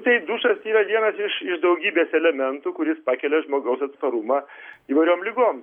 tai dušas yra vienas iš daugybės elementų kuris pakelia žmogaus atsparumą įvairiom ligom